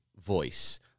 voice